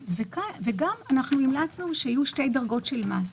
וגם המלצנו שיהיו שתי דרגות של מס.